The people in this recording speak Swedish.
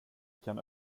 kan